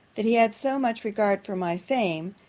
that he had so much regard for my fame,